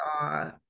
saw